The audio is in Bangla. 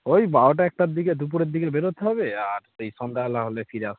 ওই বারোটা একটার দিকে দুপুরের দিকে বেরোতে হবে আর সেই সন্ধ্যাবেলা হলে ফিরে আসতে হবে